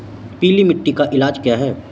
पीली मिट्टी का इलाज क्या है?